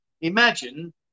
imagine